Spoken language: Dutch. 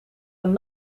een